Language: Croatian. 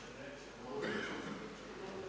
Hvala